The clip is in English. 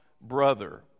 brother